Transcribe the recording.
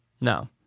No